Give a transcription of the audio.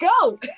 go